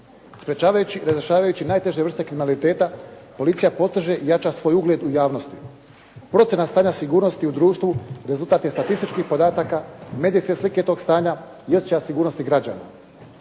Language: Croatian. Sprječavajući i razrješavajući najteže vrste kriminaliteta policija postiže i jača svoj ugled u javnosti. Procjena stanja sigurnosti u društvu rezultat je statističkih podataka, medijske slike tog stanja i osjećaja sigurnosti građana.